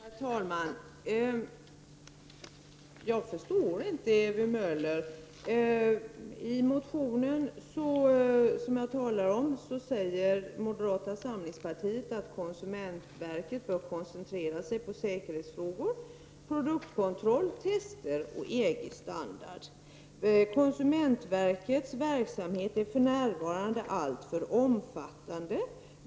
Herr talman! Jag förstår inte riktigt vad Ewy Möller menar. I den motion som jag talar om säger ni i moderata samlingspartiet att konsumentverket bör koncentrera sig på säkerhetsfrågor, produktkontroll, tester och EG standarder. Konsumentverkets verksamhet är för närvarande alltför omfattande.